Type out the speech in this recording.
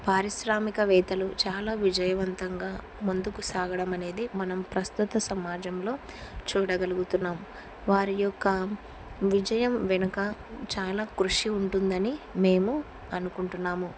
పారిశ్రామిక వేతలు చాలా విజయవంతంగా ముందుకు సాగడం అనేది మనం ప్రస్తుత సమాజంలో చూడగలుగుతున్నాం వారి యొక్క విజయం వెనుక చాలా కృషి ఉంటుందని మేము అనుకుంటున్నాము